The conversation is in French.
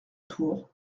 tour